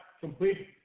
complete